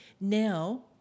now